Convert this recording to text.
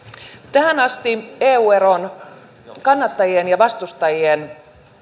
tähän asti arviot eu eron kannattajien ja vastustajien